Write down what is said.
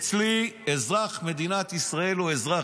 אצלי, אזרח מדינת ישראל הוא אזרח.